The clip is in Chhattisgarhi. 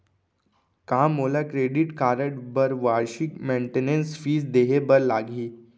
का मोला क्रेडिट कारड बर वार्षिक मेंटेनेंस फीस देहे बर लागही?